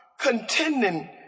contending